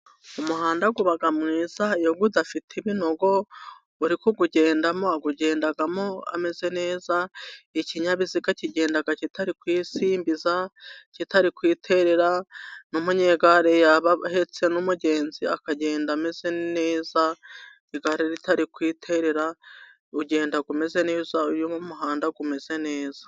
Umuhanda uba mwiza udafite ibinogo, uri kuwugendamo awugendamo ameze neza, ikinyabiziga kigenda kitari kwisimbiza, kitari kwiterera, n'unyegare yaba ahetse n'umugenzi akagenda ameze neza, igare ritari kwiterera. ugenda umeze neza iyo umuhanda umeze neza.